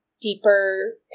deeper